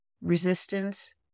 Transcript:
resistance